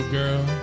girl